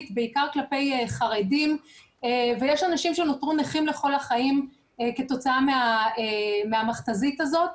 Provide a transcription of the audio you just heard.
בעיקר כלפי חרדים ויש אנשים שנותרו נכים לכל החיים כתוצאה מהמכת"זית הזאת,